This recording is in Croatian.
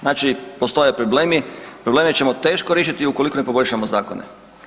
Znači, postoje problemi, probleme ćemo teško riješiti ukoliko ne poboljšamo zakone.